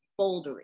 bouldery